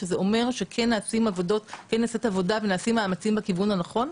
שזה אומר שכן נעשית עבודה ונעשים מאמצים בכיוון הנכון.